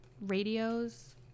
radios